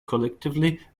collectively